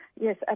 Yes